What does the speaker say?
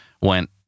went